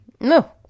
No